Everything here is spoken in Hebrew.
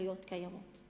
התנחלויות קיימות.